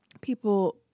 people